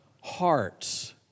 hearts